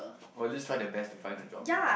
or at least try their best to find a job right